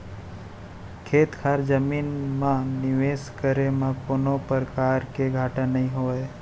खेत खार जमीन म निवेस करे म कोनों परकार के घाटा नइ होवय